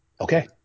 okay